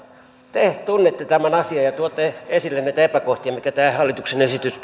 te tunnette tämän asian ja tuotte esille näitä epäkohtia mitkä tämä hallituksen esitys